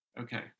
Okay